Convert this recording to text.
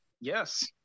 Yes